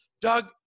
Doug